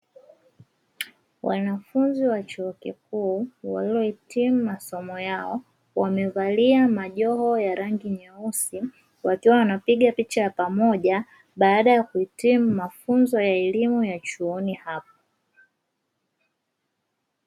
Wanafunzi wa chuo kikuu waliohitimu masomo yao wamevalia majoho ya rangi nyeusi, wakiwa wanapiga picha ya pamoja baada ya kuhitimu mafunzo ya elimu ya chuoni hapo.